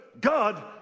God